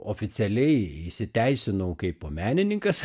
oficialiai įsiteisinau kaipo menininkas